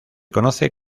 conoce